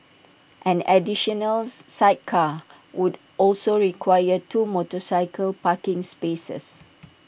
an additional sidecar would also require two motorcycle parking spaces